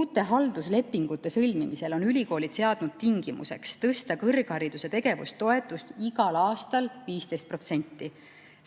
Uute halduslepingute sõlmimisel on ülikoolid seadnud tingimuseks tõsta kõrghariduse tegevustoetust igal aastal 15%,